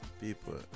People